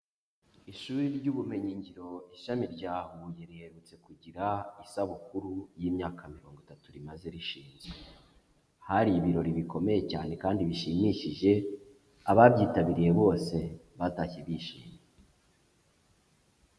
Ishuri ry'ubumenyingiro ishami rya Huye riherutse kugira isabukuru y'imyaka mirongo itatu rimaze rishinzwe, hari ibirori bikomeye cyane kandi bishimishije, ababyitabiriye bose batashye bishimye.